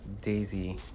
Daisy